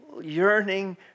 yearning